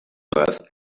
earth